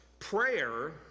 Prayer